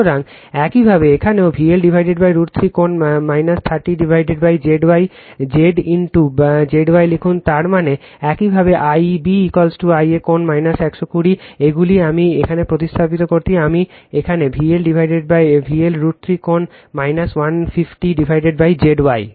সুতরাং একইভাবে এখানেও VL √3 কোণ 30Zy Z বা Zy লিখুন তার মানে একইভাবে Ib Ia কোণ 120 এইগুলি আমি এখানে প্রতিস্থাপন করি এই আমি এখানে VL √ 3 কোণ 150 Z y